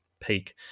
peak